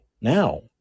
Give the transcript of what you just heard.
now